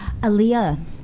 Aaliyah